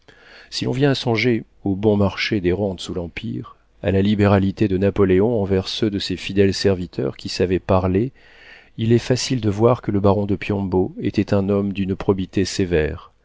si l'on vient à songer au bon marché des rentes sous l'empire à la libéralité de napoléon envers ceux de ses fidèles serviteurs qui savaient parler il est facile de voir que le baron de piombo était un homme d'une probité sévère